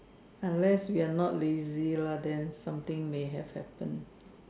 unless we are not lazy lah then something may have happened